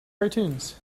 cartoons